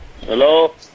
Hello